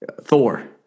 thor